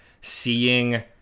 seeing